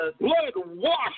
blood-washed